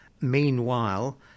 Meanwhile